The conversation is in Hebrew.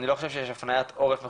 אני לא חושב שיש הפניית עורף מכוונת.